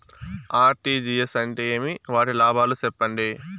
RTGS అంటే ఏమి? వాటి లాభాలు సెప్పండి?